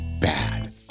bad